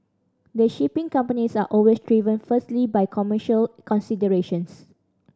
the shipping companies are always driven firstly by commercial considerations